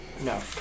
No